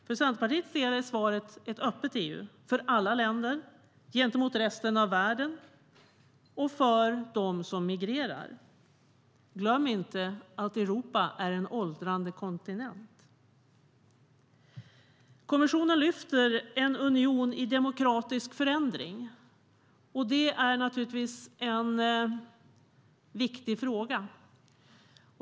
För Centerpartiets del är svaret ett öppet EU för alla länder gentemot resten av världen och för dem som migrerar. Glöm inte att Europa är en åldrande kontinent! Kommissionen lyfter upp en union i demokratisk förändring, och det är naturligtvis en viktig fråga.